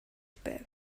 байв